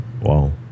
Wow